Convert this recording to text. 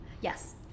Yes